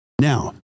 Now